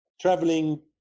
traveling